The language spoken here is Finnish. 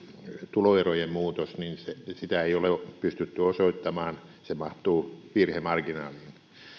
tuloerojen muutosta ei ole pystytty osoittamaan se mahtuu virhemarginaaliin